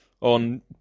on